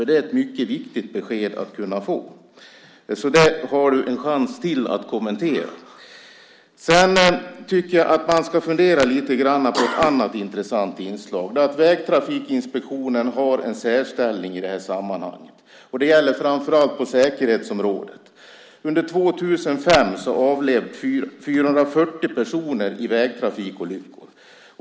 Det är ett mycket viktigt besked att få. Det har du en chans till att kommentera. Sedan tycker jag att man ska fundera lite grann på ett annat intressant inslag. Det är att Vägtrafikinspektionen har en särställning i det här sammanhanget. Det gäller framför allt på säkerhetsområdet. Under 2005 avled 440 personer i vägtrafikolyckor.